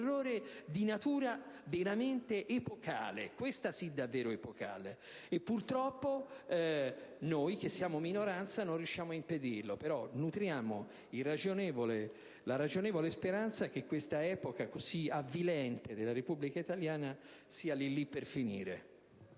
di natura veramente epocale (questo sì davvero epocale) e purtroppo noi, che siamo minoranza, non riusciamo a impedirlo, però nutriamo la ragionevole speranza che questa epoca così avvilente della Repubblica italiana sia lì lì per finire*.